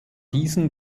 diesen